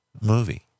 movie